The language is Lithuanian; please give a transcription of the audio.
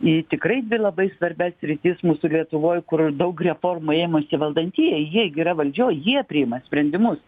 į tikrai dvi labai svarbias sritis mūsų lietuvoj kur daug reformų ėmusi valdantieji jie gi yra valdžioj priima sprendimus